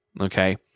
Okay